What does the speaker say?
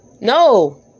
no